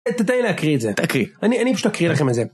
תן לי להקריא את זה. תקריא. אני, אני פשוט אקריא לכם את זה.